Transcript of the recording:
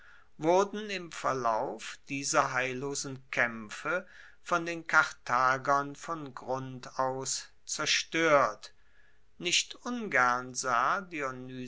wurden im verlauf dieser heillosen kaempfe von den karthagern von grund aus zerstoert nicht ungern sah